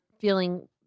feeling